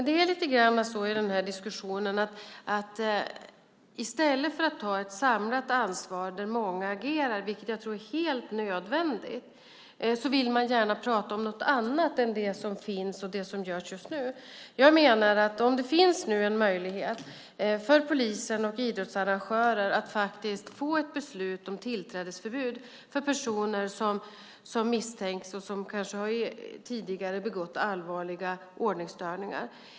Det är lite grann så i den här diskussionen att i stället för att ta ett samlat ansvar där många agerar, vilket jag tror är helt nödvändigt, vill man gärna prata om något annat än det som finns och det som görs just nu. Jag menar att det nu finns en möjlighet för polis och idrottsarrangörer att få ett beslut om tillträdesförbud för personer som misstänks för eller som tidigare har gjort sig skyldiga till allvarliga ordningsstörningar.